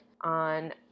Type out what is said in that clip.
on